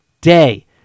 day